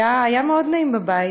היה מאוד נעים בבית,